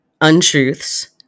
untruths